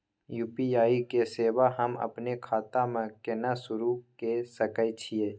UPI के सेवा हम अपने खाता म केना सुरू के सके छियै?